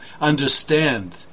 understand